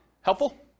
Helpful